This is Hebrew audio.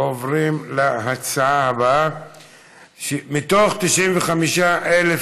ועוברים להצעות הבאות: מתוך 95,000 אלף